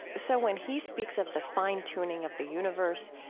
so when he speaks of the fine-tuning of the universe,